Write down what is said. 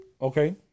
Okay